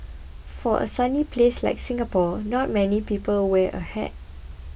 for a sunny place like Singapore not many people wear a hat